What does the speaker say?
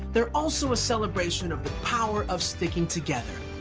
they are also a celebration of the power of sticking together.